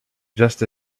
just